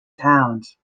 towns